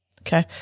Okay